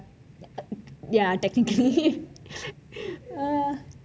ya technically